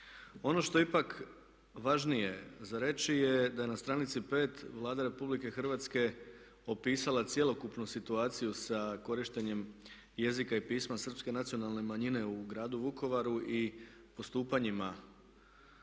Ono što je ipak važnije za reći je da je na stranici 5 Vlada Republike Hrvatske opisala cjelokupnu situaciju sa korištenjem jezika i pisma Srpske nacionalne manjine u gradu Vukovaru i postupanjima